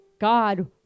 God